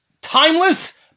Timeless